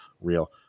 real